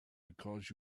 because